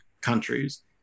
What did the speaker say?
countries